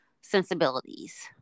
sensibilities